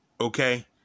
Okay